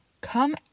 Come